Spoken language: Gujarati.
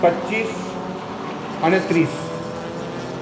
પચ્ચીસ અને ત્રીસ